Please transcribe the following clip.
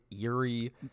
eerie